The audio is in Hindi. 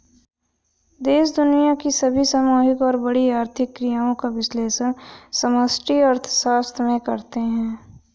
देश दुनिया की सभी सामूहिक और बड़ी आर्थिक क्रियाओं का विश्लेषण समष्टि अर्थशास्त्र में करते हैं